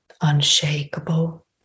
unshakable